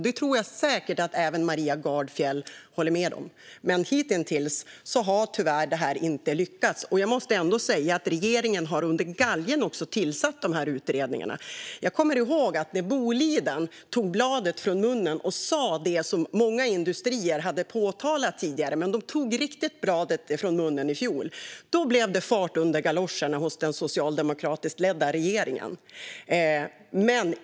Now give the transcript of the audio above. Det tror jag säkert att även Maria Gardfjell håller med om. Hitintills har dock tyvärr detta inte lyckats. Jag måste ändå säga att regeringen också har tillsatt de här utredningarna under galgen. Jag kommer ihåg att när Boliden i fjol tog bladet från munnen och sa det som många industrier hade påtalat tidigare blev det fart under galoscherna hos den socialdemokratiskt ledda regeringen.